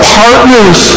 partners